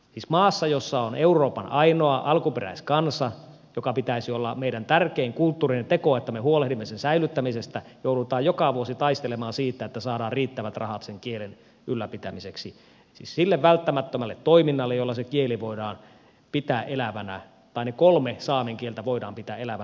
siis maassa jossa on euroopan ainoa alkuperäiskansa ja sen pitäisi olla meidän tärkein kulttuurinen tekomme että me huolehdimme sen säilyttämisestä joudutaan joka vuosi taistelemaan siitä että saadaan riittävät rahat sen kielen ylläpitämiseksi siis sille välttämättömälle toiminnalle jolla se kieli voidaan pitää elävänä ne kolme saamen kieltä voidaan pitää elävänä joita täällä on